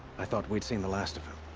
i thought we'd seen the last of him.